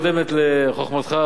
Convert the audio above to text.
שקודמת לחוכמתך